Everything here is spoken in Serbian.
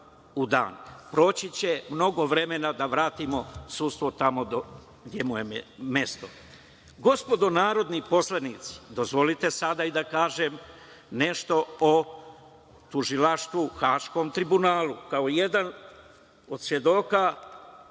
u dan. Proći će mnogo vremena da vratimo sudstvo tamo gde mu je mesto. Gospodo narodni poslanici, dozvolite sada i da kažem nešto o tužilaštvu u Haškom tribunalu kao jedan od svedoka